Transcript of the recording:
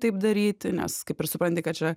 taip daryti nes kaip ir supranti kad čia